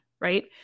right